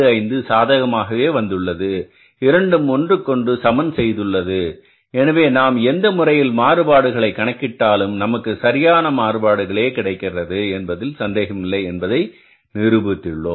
25 சாதகமாகவே வந்துள்ளது இரண்டும் ஒன்றுக்கொன்று சமன் செய்துள்ளது எனவே நாம் எந்த முறையில் மாறுபாடுகளை கணக்கிட்டாலும் நமக்கு சரியான மாறுபாடுகளை கிடைக்கிறது என்பதில் சந்தேகமில்லை என்பதை நிரூபித்துள்ளோம்